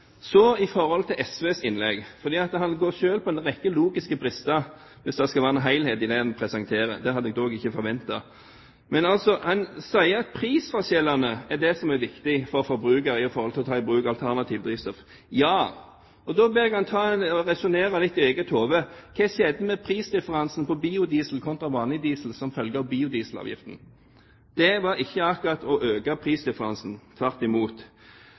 Så til innlegget fra SVs representant, for der er det en rekke logiske brister hvis det skal være en helhet i det man presenterer; det hadde jeg dog ikke forventet: Representanten sier altså at prisforskjellene er det som er viktig for forbrukerne når det gjelder å ta i bruk alternative drivstoff. Ja! Og da ber jeg ham resonnere litt i eget hode: Hva skjedde med prisdifferansen på biodiesel kontra vanlig diesel som følge av biodieselavgiften? Det var ikke akkurat å øke prisdifferansen – tvert imot.